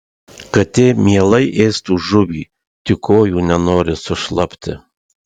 katė mielai ėstų žuvį tik kojų nenori sušlapti